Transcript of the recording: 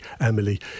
Emily